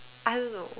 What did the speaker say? I don't know